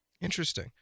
Interesting